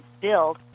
build